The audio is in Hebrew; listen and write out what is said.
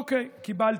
אוקיי, קיבלתי.